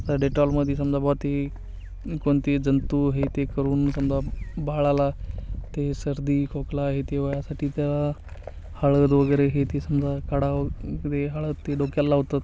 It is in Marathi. आता डेटॉलमध्ये समजा बुवा ती कोणते जंतू हे ते करून समजा बाळाला ते सर्दी खोकला हे तेव्हा यासाठी त्या हळद वगैरे हे ते समजा काढा ते हळद ते डोक्याला लावतात